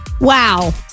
Wow